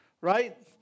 Right